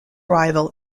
rival